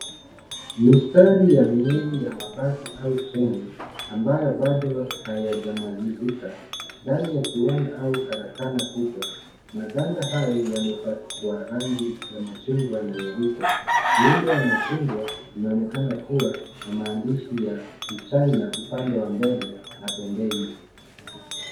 Mistari ya miili ya mabasi au treni ambayo bado hayajamalizika ndani ya kiwada au karakana kubwa maganda hayo yamepakwa rangi ya machungwa na nyeupe miundo ya machungwa inaonekana kuwa na maandishi ya kichina upande wa mbele na pembeni.